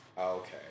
Okay